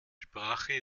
sprache